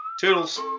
Toodles